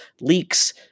leaks